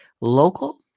Local